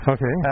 Okay